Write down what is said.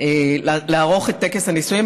לערוך את טקס הנישואים.